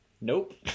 Nope